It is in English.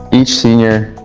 each senior,